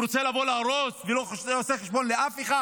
רוצה לבוא להרוס ולא עושה חשבון לאף אחד?